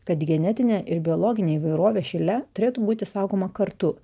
kad genetinė ir biologinė įvairovė šile turėtų būti saugoma kartu